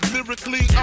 Lyrically